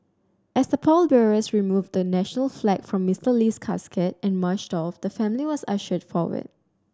as the pallbearers removed the national flag from Mister Lee's casket and marched off the family was ushered forward